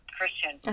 Christian